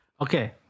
Okay